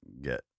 get